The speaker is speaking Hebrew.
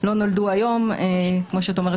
לא נולדו היום וכמו שנאמר,